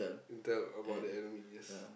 Intel about the enemy yes